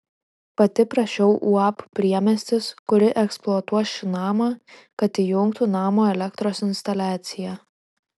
pati prašiau uab priemiestis kuri eksploatuos šį namą kad įjungtų namo elektros instaliaciją